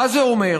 מה זה אומר?